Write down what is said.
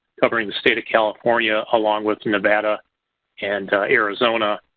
covering the state of california along with nevada and arizona,